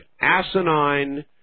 asinine